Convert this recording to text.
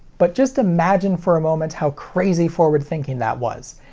but just imagine for a moment how crazy forward thinking that was.